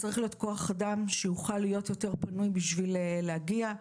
צריך להיות כוח אדם שיוכל להיות יותר פנוי בשביל להגיע.